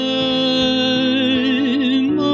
time